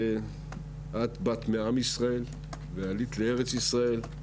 את באת מעם ישראל ועלית לארץ ישראל,